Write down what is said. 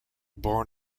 born